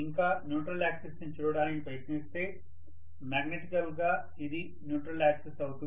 ఇంకా neutral axis ని చూడడానికి ప్రయత్నిస్తే మాగ్నెటికల్ గా ఇది న్యూట్రల్ యాక్సిస్ అవుతుంది